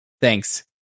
Thanks